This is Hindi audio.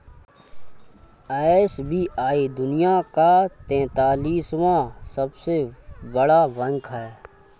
एस.बी.आई दुनिया का तेंतालीसवां सबसे बड़ा बैंक है